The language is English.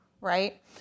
right